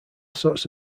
sorts